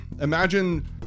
Imagine